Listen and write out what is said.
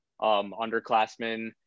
underclassmen